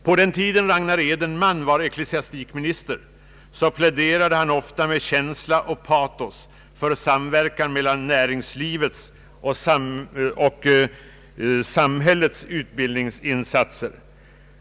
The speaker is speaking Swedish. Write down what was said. På den tid då Ragnar Edenman var ecklesiastikminister pläderade han ofta med känsla och patos för samverkan mellan näringslivet och samhällets utbildningsinsatser.